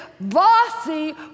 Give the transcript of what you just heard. bossy